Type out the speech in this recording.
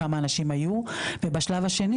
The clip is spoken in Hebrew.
כמה אנשים היו ובשלב השני,